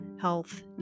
Health